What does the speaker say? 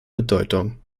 bedeutung